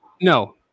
no